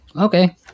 Okay